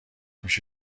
میشه